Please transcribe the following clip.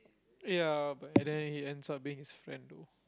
ya but and then he ends up being his friend though